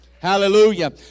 Hallelujah